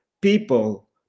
people